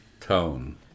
tone